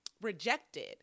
rejected